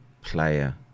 player